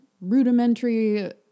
rudimentary